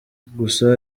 gusa